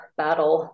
battle